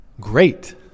Great